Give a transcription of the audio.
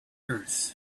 earth